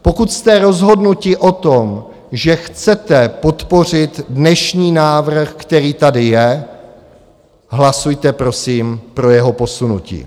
Pokud jste rozhodnuti o tom, že chcete podpořit dnešní návrh, který tady je, hlasujte prosím pro jeho posunutí.